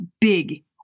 big